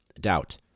doubt